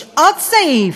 יש עוד סעיף,